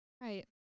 right